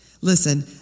Listen